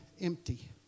empty